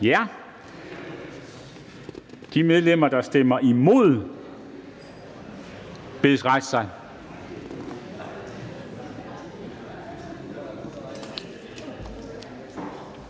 Tak. De medlemmer, der stemmer imod, bedes rejse sig.